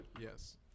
yes